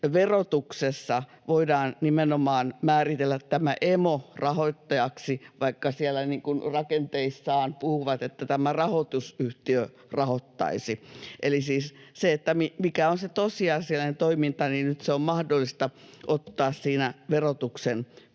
verotuksessa voidaan nimenomaan määritellä tämä emo rahoittajaksi, vaikka ne siellä rakenteissaan puhuvat, että tämä rahoitusyhtiö rahoittaisi. Eli siis se, mikä on se tosiasiallinen toiminta, on mahdollista ottaa siinä verotuksen